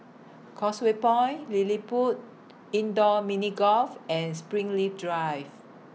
Causeway Point LilliPutt Indoor Mini Golf and Springleaf Drive